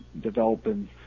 developing